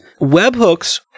Webhooks